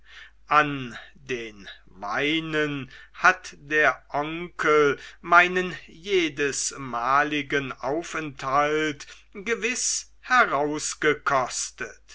an den weinen hat der onkel meinen jedesmaligen aufenthalt gewiß herausgekostet